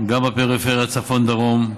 גם בפריפריה, צפון ודרום.